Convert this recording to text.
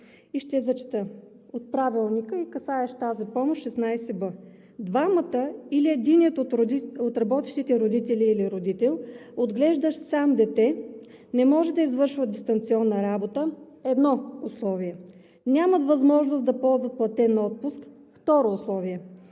я зачета, от Правилника и касаещия тази помощ чл. 16б: „Двамата или единият от работещите родители или родител, отглеждащ сам дете, не може да извършва дистанционна работа“ – едно условие; „нямат възможност да ползват платен отпуск“ – второ условие;